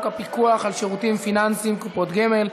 הפיקוח על שירותים פיננסיים (קופות גמל)